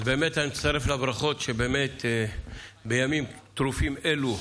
אז אני מצטרף לברכות שבאמת, בימים טרופים אלו,